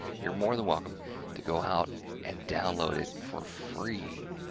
you're more than welcome to go out and download it for free.